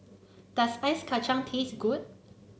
does Ice Kachang taste good